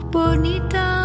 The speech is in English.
Bonita